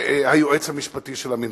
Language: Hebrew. והיועץ המשפטי של המינהלת.